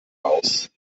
aus